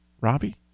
Robbie